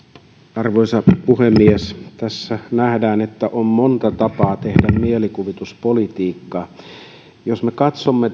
arvoisa puhemies tässä nähdään että on monta tapaa tehdä mielikuvituspolitiikkaa jos me katsomme